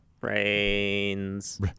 Brains